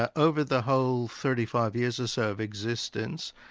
ah over the whole thirty five years or so of existence,